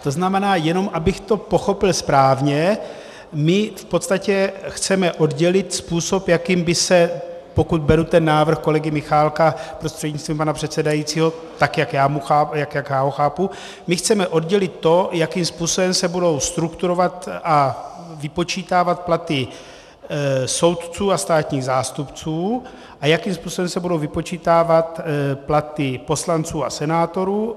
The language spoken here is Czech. To znamená, jenom abych to pochopil správně, my v podstatě chceme oddělit způsob, jakým by se pokud beru ten návrh kolegy Michálka, prostřednictvím pana předsedajícího, tak, jak já ho chápu my chceme oddělit to, jakým způsobem se budou strukturovat a vypočítávat platy soudců a státních zástupců a jakým způsobem se budou vypočítávat platy poslanců a senátorů.